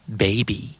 baby